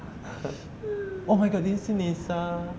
oh my god did you see nisa